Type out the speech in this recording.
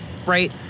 Right